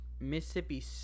Mississippi